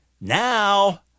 now